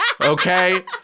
Okay